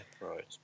right